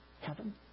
heaven